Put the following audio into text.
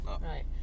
Right